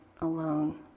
alone